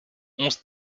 onze